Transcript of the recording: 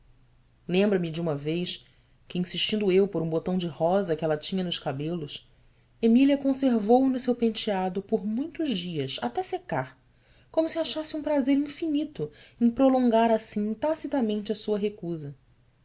lembra-me de uma vez que insistindo eu por um botão de rosa que ela tinha nos cabelos emília conservou o no seu penteado por muitos dias até secar como se achasse um prazer infinito em prolongar assim tacitamente a sua recusa